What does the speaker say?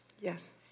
Yes